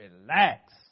relax